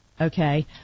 okay